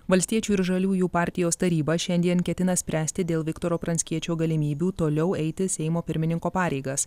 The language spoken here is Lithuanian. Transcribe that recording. valstiečių ir žaliųjų partijos taryba šiandien ketina spręsti dėl viktoro pranckiečio galimybių toliau eiti seimo pirmininko pareigas